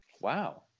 Wow